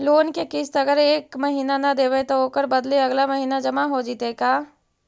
Loan के किस्त अगर एका महिना न देबै त ओकर बदले अगला महिना जमा हो जितै का?